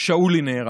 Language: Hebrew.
שאולי נהרג.